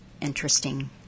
interesting